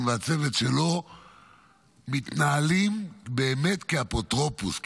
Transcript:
והצוות שלו מתנהלים באמת כאפוטרופוס,